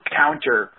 counter